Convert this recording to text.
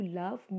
love